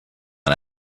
and